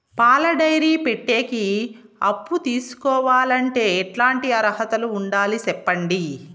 పాల డైరీ పెట్టేకి అప్పు తీసుకోవాలంటే ఎట్లాంటి అర్హతలు ఉండాలి సెప్పండి?